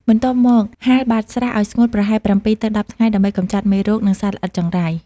បន្ទាប់មក ហាលបាតស្រះឲ្យស្ងួតប្រហែល ៧ ទៅ ១០ ថ្ងៃ ដើម្បីកម្ចាត់មេរោគ និងសត្វល្អិតចង្រៃ។